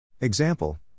Example